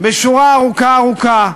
בשורה ארוכה ארוכה,